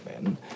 men